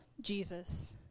Jesus